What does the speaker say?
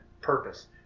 purpose